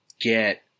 get